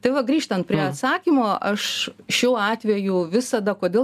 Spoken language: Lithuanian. tai va grįžtant prie atsakymo aš šiuo atveju visada kodėl